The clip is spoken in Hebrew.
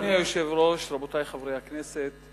אדוני היושב-ראש, רבותי חברי הכנסת,